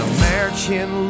American